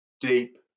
deep